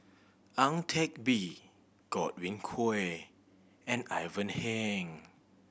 Ang Teck Bee Godwin Koay and Ivan Heng